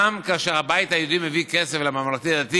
גם כאשר הבית היהודי מביא כסף לממלכתי-דתי,